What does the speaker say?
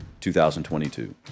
2022